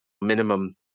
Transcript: minimum